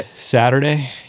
Saturday